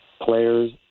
players